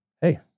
hey